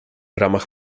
ramach